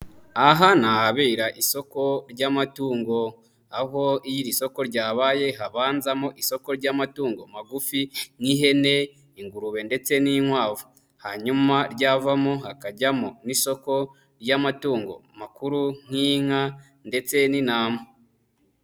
Aha ni ahabera isoko ry'amatungo, aho iyo iri soko ryabaye, habanzamo isoko ry'amatungo magufi nk'ihene, ingurube, ndetse n'inkwavu. Hanyuma ryavamo hakajyamo n'isoko ry'amatungo makuru nk'inka ndetse n'intama.